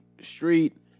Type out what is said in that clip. street